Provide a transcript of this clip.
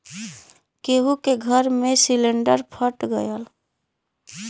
केहु के घर मे सिलिन्डर फट गयल